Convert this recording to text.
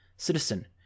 Citizen